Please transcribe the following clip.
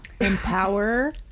empower